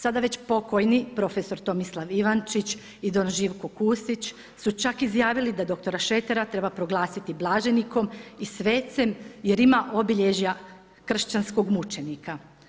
Sada već pokojni prof. Tomislav Ivančić i don Živko Kustić su čak izjavili da dr. Šretera treba proglasiti blaženikom i svecem jer ima obilježja kršćanskog mučenika.